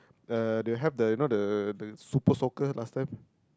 uh they have the you know the the super soaker last time